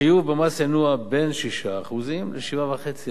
החיוב במס ינוע בין 6% ל-17.5%.